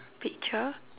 picture